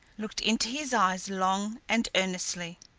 looked into his eyes long and earnestly.